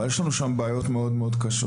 אבל יש לנו שם בעיות מאוד קשות,